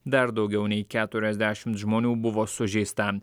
dar daugiau nei keturiasdešimt žmonių buvo sužeista